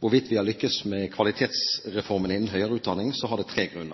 hvorvidt vi har lyktes med Kvalitetsreformen innen